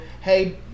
hey